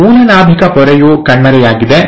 ಮೂಲ ನಾಭಿಕ ಪೊರೆಯು ಕಣ್ಮರೆಯಾಗಿದೆ